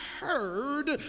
heard